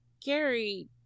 gary